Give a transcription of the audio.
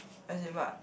as in what